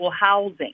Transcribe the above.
housing